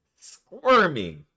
squirming